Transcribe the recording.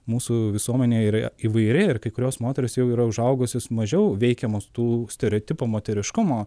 mūsų visuomenė yra įvairi ir kai kurios moterys jau yra užaugusios mažiau veikiamos tų stereotipų moteriškumo